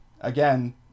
again